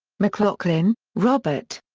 mclaughlin, robert.